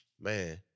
man